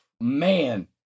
man